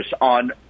on